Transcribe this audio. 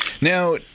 Now